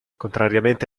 contrariamente